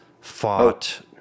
fought